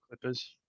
Clippers